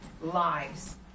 lives